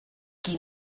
qui